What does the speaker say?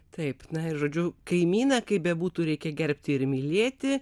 taip na žodžiu kaimyną kaip bebūtų reikia gerbti ir mylėti